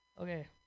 Okay